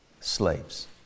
Slaves